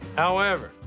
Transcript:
however,